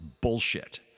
bullshit